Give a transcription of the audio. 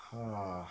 ha